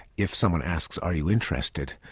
if someone asks, are you interested?